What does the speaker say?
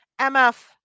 MF